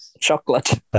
chocolate